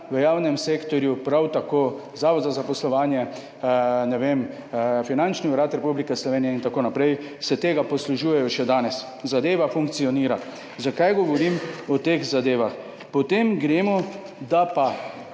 v javnem sektorju, prav tako Zavod za zaposlovanje, ne vem, Finančni urad Republike Slovenije itn. se tega poslužujejo še danes. Zadeva funkcionira. Zakaj govorim o teh zadevah? Potem gremo, da pa